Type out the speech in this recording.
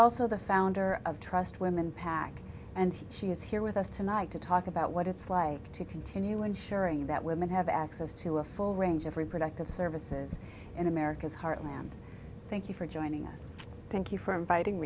also the founder of trust women pac and she is here with us tonight to talk about what it's like to continue ensuring that women have access to a full range of reproductive services in america's heartland thank you for joining us thank you for inviting